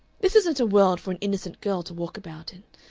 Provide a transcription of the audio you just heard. this isn't a world for an innocent girl to walk about in.